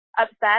upset